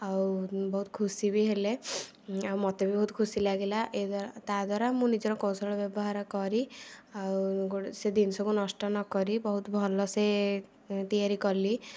ଆଉ ବହୁତ ଖୁସି ବି ହେଲେ ଆଉ ମୋତେ ବି ବହୁତ ଖୁସି ଲାଗିଲା ଏଇ ଦ୍ୱାରା ତା ଦ୍ୱାରା ମୁଁ ନିଜର କୌଶଳ ବ୍ୟବହାର କରି ଆଉ ଗୋଟେ ସେ ଜିନିଷକୁ ନଷ୍ଟ ନ କରି ବହୁତ ଭଲସେ ତିଆରି କଲି